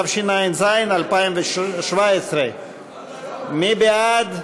התשע"ז 2017. מי בעד?